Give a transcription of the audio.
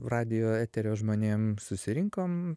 radijo eterio žmonėm susirinkom